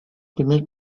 primer